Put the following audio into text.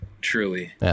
truly